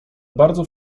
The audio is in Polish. bardzo